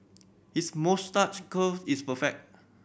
his moustache curl is perfect